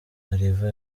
mariva